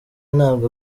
ntabwo